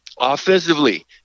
Offensively